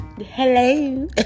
Hello